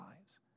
lives